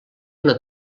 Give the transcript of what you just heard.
una